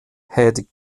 head